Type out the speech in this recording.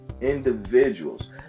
individuals